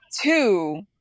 two